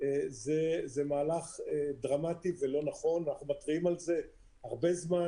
זה מהלך דרמטי ולא נכון ואנחנו מתריעים על זה הרבה זמן.